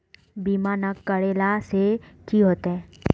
बीमा ना करेला से की होते?